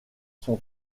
sont